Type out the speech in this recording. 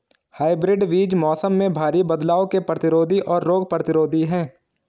hybrid बीज मौसम में भारी बदलाव के प्रतिरोधी और रोग प्रतिरोधी हैं